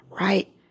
right